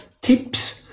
tips